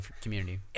community